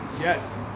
Yes